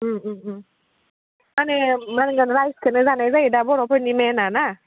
माने मोनगोन राइसखोनो जानाय जायोदा बर'फोरनि मेइनआ ना